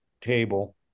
table